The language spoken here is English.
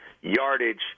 yardage